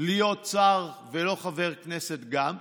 להיות שר ולא חבר כנסת גם,